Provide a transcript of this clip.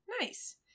Nice